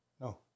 No